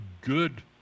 good